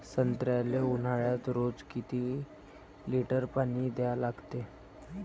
संत्र्याले ऊन्हाळ्यात रोज किती लीटर पानी द्या लागते?